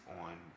on